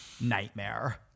nightmare